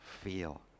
feel